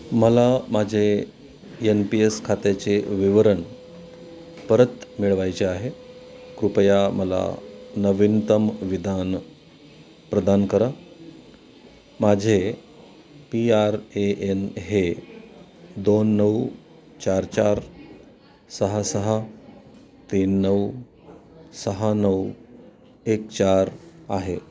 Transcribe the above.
मला माझे N P S खात्याचे विवरण परत मिळवायचे आहे कृपया मला नवीनतम विधान प्रदान करा माझे पी आर ए एन हे दोन नऊ चार चार सहा सहा तीन नऊ सहा नऊ एक चार आहे